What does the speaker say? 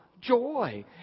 joy